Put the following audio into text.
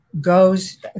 goes